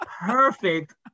perfect